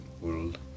world